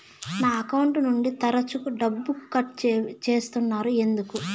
నా అకౌంట్ నుండి తరచు డబ్బుకు కట్ సేస్తున్నారు ఎందుకు